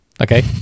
Okay